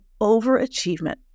overachievement